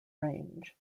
range